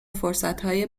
فرصتهای